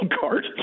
card